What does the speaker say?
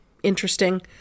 interesting